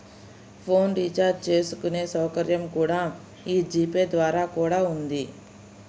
phone recharge చేసుకునే సౌకర్యం కూడా యీ జీ పే ద్వారా కూడా ఉంది